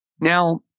Now